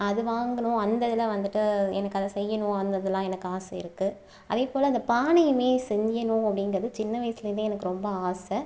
அது வாங்கணும் அந்த இதில் வந்துட்டு எனக்கு அதை செய்யணும் அந்த இதலாம் எனக்கு ஆசை இருக்குது அதே போல் அந்த பானையுமே செய்யணும் அப்படிங்கிறது சின்ன வயசில் இருந்தே எனக்கு ரொம்ப ஆசை